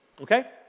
okay